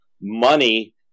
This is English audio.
money